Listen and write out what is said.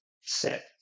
set